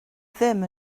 ddim